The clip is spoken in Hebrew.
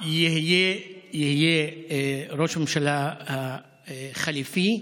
יהיה ראש הממשלה החליפי.